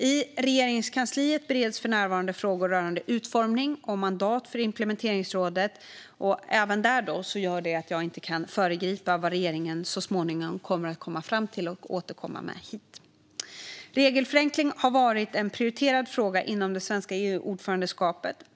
I Regeringskansliet bereds för närvarande frågor rörande utformning och mandat för implementeringsrådet, och även här gör det att jag inte kan föregripa vad regeringen så småningom kommer att komma fram till och återkomma med hit. Regelförenkling har varit en prioriterad fråga inom det svenska EU-ordförandeskapet.